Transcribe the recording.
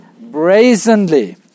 brazenly